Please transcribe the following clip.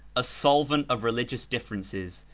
a solvent of religious differences,